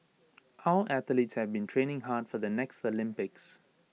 our athletes have been training hard for the next Olympics